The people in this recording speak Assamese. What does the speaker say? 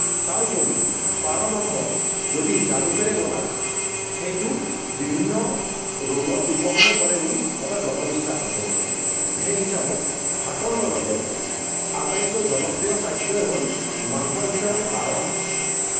তাৰোপৰি পাৰ মাংস যদি জালুকেৰে বনায় সেইটো বিভিন্ন ৰোগৰ উপসমো কৰে বুলি এটা জনবিশ্বাস আছে সেই হিচাপত ভাতৰ লগতে আটাইতকৈ জনপ্ৰিয় খাদ্যই হ'ল মাংসৰ ভিতৰত পাৰ